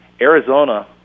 Arizona